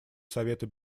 совета